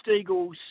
Eagles